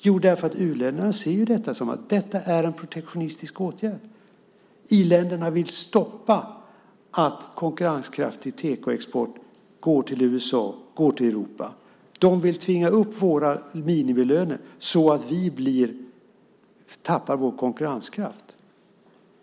Jo, därför att u-länderna ser detta som en protektionistisk åtgärd. I-länderna vill stoppa att konkurrenskraftig tekoexport går till USA och Europa. De vill tvinga upp minimilönerna så att dessa länder tappar sin konkurrenskraft.